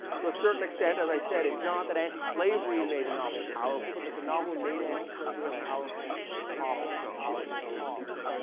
to a certain extent, as i said, it's not that antislavery made the novel powerful, but that the novel made an antislavery a powerful problem or powerful cause.